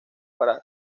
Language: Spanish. para